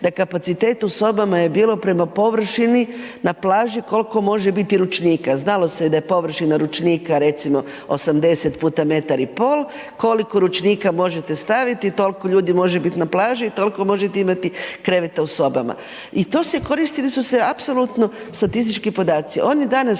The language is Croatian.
da kapacitet u sobama je bio prema površini na plaži koliko može biti ručnika. Znalo se da je površina ručnika recimo 80 puta metar i pol, koliko ručnika možete staviti toliko ljudi može biti na plaži i toliko možete imati kreveta u sobama. I to se koristilo, koristili su se apsolutno statistički podaci. Oni danas